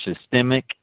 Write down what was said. systemic